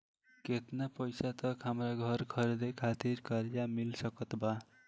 केतना पईसा तक हमरा घर खरीदे खातिर कर्जा मिल सकत बा?